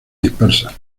dispersas